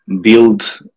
build